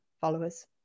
followers